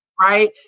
Right